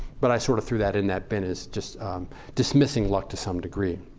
but i sort of threw that in that bin as just dismissing luck to some degree.